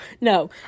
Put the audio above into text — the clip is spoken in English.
no